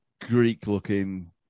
Greek-looking